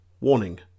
Warning